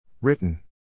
Written